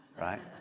right